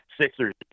Sixers